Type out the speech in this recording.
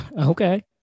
okay